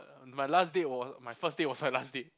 my last date was my first date was the last date